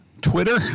Twitter